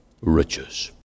riches